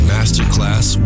Masterclass